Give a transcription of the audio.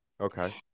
Okay